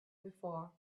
before